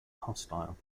hostile